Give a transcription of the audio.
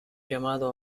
llamado